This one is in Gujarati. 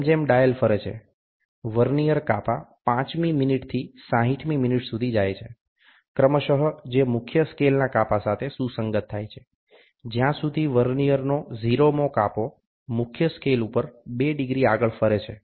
જેમ જેમ ડાયલ ફરે છે વર્નિઅર કાપા 5મી મિનિટથી 60મી મિનિટ સુધી જાય છે ક્રમશઃ જે મુખ્ય સ્કેલના કાપા સાથે સુસંગત થાય છે જ્યાં સુધી વર્નિઅરનો 0મો કાપો મુખ્ય સ્કેલ ઉપર 2 ડિગ્રી આગળ ફરે છે